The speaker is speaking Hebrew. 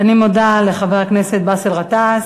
אני מודה לחבר הכנסת באסל גטאס.